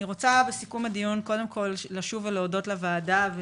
אני רוצה בסיכום הדיון לשוב ולהודות לוועדה,